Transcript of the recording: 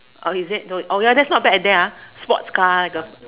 oh is it oh that's not a bad idea ah sports car just